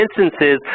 instances